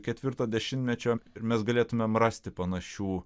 ketvirto dešimtmečio ir mes galėtumėm rasti panašių